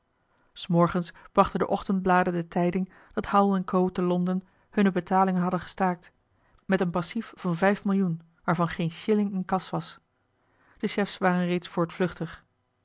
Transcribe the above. s morgens brachten de ochtendbladen de tijding dat howell en co te londen hunne betalingen hadden gestaakt met een passief van vijf millioen waarvan geen shilling in kas was de chefs waren reeds voortvluchtig